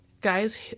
guys